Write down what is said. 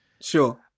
sure